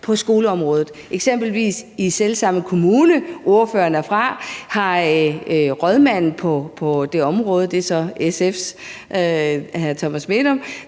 på skoleområdet. I selv samme kommune, ordføreren er fra, har eksempelvis rådmanden på det område, og det er så SF's Thomas Medom,